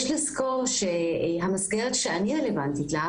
יש לזכור שהמסגרת שאני רלוונטית לה,